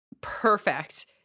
perfect